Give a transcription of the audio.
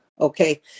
okay